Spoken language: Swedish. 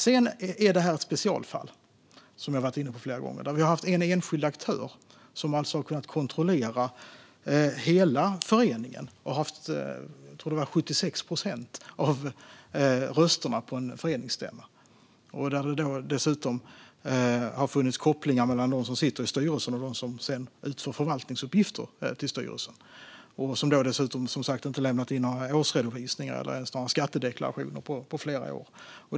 Det här är ett specialfall där en enskild aktör har kunnat kontrollera hela föreningen och haft 76 procent av rösterna på föreningsstämman. Det har även funnits kopplingar mellan dem som sitter i styrelsen och dem som utför förvaltningsuppgifter åt styrelsen. Det har dessutom inte lämnats in någon årsredovisning eller skattedeklaration på flera år.